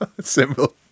simple